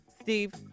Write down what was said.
Steve